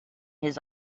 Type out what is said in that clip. his